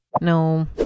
No